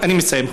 אני מסיים,